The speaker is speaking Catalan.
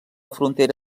frontera